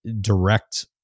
direct